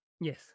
Yes